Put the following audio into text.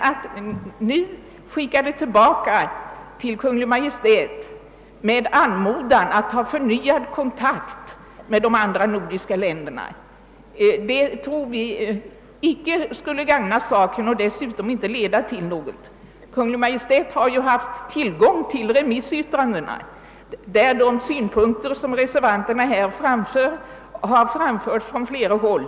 Att nu skicka tillbaka ärendet till Kungl. Maj:t med anmodan att ta förnyad kontakt med de andra nordiska länderna tror vi inte skulle gagna saken och inte heller leda till någonting. Kungl. Maj:t har haft tillgång till remissyttrandena, där de synpunkter som reservanterna företräder har framförts från flera håll.